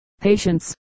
Patience